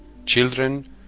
Children